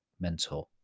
mentor